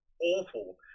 awful